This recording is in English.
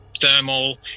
thermal